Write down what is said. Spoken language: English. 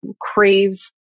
craves